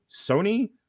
Sony